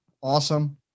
Awesome